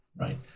right